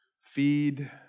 Feed